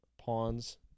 pawns